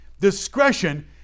Discretion